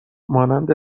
مانند